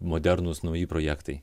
modernūs nauji projektai